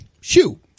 shoo